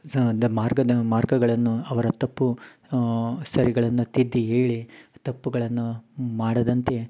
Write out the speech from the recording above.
ಸ ದ ಮಾರ್ಗದ ಮಾರ್ಗಗಳನ್ನು ಅವರ ತಪ್ಪು ಸರಿಗಳನ್ನ ತಿದ್ದಿ ಹೇಳಿ ತಪ್ಪುಗಳನ್ನ ಮಾಡದಂತೆ